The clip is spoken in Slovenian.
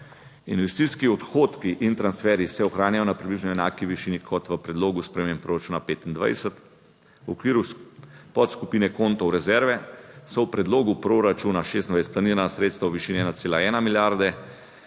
Investicijski odhodki in transferji se ohranjajo na približno enaki višini kot v predlogu sprememb proračuna 2025. V okviru podskupine kontov Rezerve so v predlogu proračuna 2026 planirana sredstva v višini 1,1 milijarde;